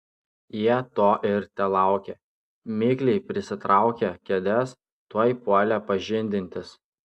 jie to ir telaukė mikliai prisitraukę kėdes tuoj puolė pažindintis